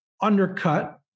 undercut